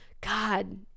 God